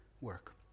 work